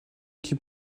qui